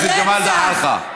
מהאוויר הפציצו אותם.